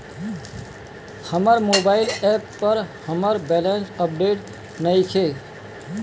हमर mobile app पर हमर बैलेंस अपडेट नइखे